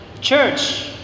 church